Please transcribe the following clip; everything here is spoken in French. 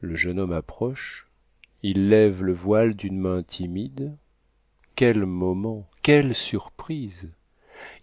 le jeune homme approche il lève le voile d'une main timide quel moment quelle surprise